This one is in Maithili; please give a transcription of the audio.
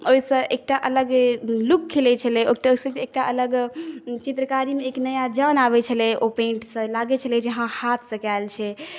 ओहिसँ एकटा अलग लुक खिलै छै ओहिसँ एकटा अलग चित्रकारीमे एक नया जान आबै छलै ओ पेन्टसँ लागै छलै जे हँ हाथसँ कएल छै